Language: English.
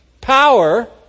power